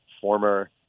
former